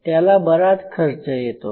त्याला बराच खर्च येतो